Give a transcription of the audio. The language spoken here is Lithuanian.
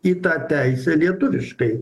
į tą teisę lietuviškai